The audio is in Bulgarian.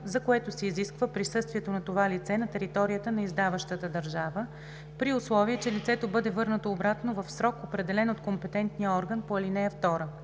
за което се изисква присъствието на това лице на територията на издаващата държава, при условие че лицето бъде върнато обратно в срок, определен от компетентния орган по ал. 2.